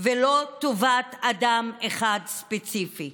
ולא טובת אדם אחד ספציפי.